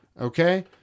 okay